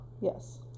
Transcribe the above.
yes